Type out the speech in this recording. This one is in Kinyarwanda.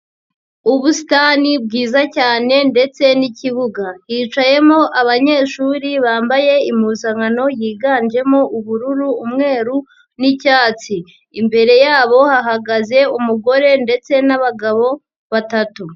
Ubusitani bwiza cyane ndetse n'ikibuga hicayemo abanyeshuri bambaye impuzankano yiganjemo ubururu, umweru n'icyatsi, imbere yabo hahagaze umugore ndetse n'abagabo batatu.